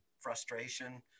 frustration